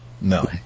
No